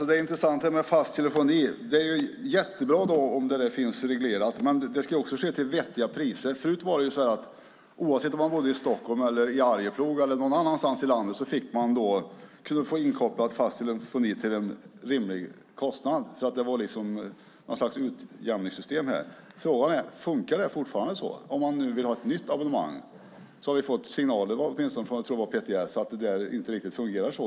Herr talman! Frågan om fast telefoni är intressant. Det är jättebra om det finns reglerat. Men det ska också vara rimliga priser för inkoppling av fast telefoni. Förut var det så att oavsett om man bodde i Stockholm, i Arjeplog eller någon annanstans i landet kunde man få fast telefoni inkopplad till en rimlig kostnad. Det var något slags utjämningssystem. Frågan är: Fungerar det fortfarande så om man vill ha ett nytt abonnemang? Vi har fått signaler - jag tror att det var från PTS - om att det inte fungerar riktigt så.